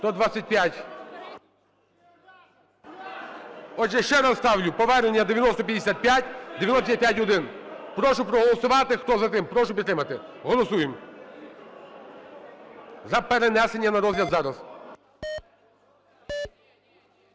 Отже, ще раз ставлю повернення 9055, 9055-1. Прошу проголосувати, хто за… прошу підтримати. Голосуємо за перенесення на розгляд зараз.